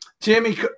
Jamie